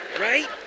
Right